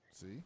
See